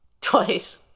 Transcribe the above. Twice